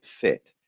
fit